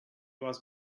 was